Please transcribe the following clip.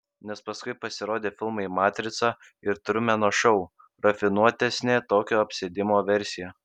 nes paskui pasirodė filmai matrica ir trumeno šou rafinuotesnė tokio apsėdimo versija